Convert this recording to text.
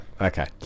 okay